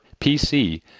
PC